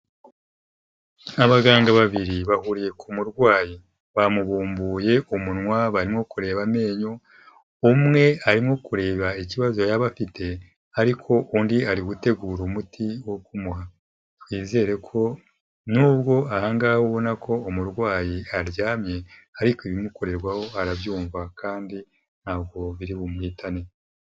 Abaganga babiri bahuriye ku murwayi, bamubumbuye umunwa barimo kureba amenyo, umwe arimo kureba ikibazo yaba afite, ariko undi ari gutegura umuti wo kumuha, twizere ko nubwo ahangaha ubona ko umurwayi aryamye, ariko ibimukorerwaho arabyumva kandi ntago biri bumuhitane.